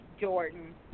Jordan